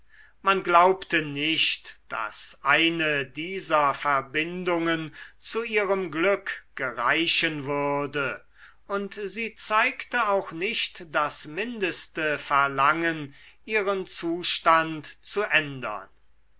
man glaubte nicht daß eine dieser verbindungen zu ihrem glück gereichen würde und sie zeigte auch nicht das mindeste verlangen ihren zustand zu ändern